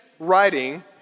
Writing